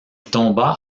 tomba